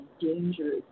Dangerous